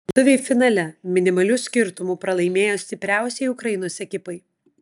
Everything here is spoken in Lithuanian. lietuviai finale minimaliu skirtumu pralaimėjo stipriausiai ukrainos ekipai